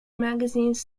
magazines